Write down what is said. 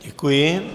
Děkuji.